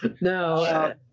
No